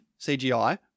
CGI